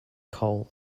coal